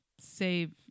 save